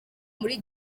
muri